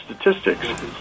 statistics